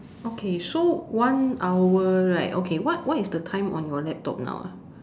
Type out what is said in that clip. okay so one hour right okay what what is the time on your laptop now ah